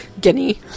guinea